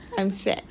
I'm sad